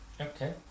Okay